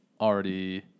already